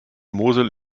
mosel